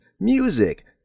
music